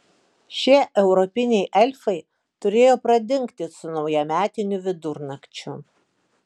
šie europiniai elfai turėjo pradingti su naujametiniu vidurnakčiu